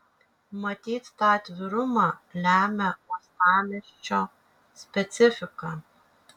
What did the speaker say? matyt tą atvirumą lemia uostamiesčio specifika